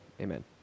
Amen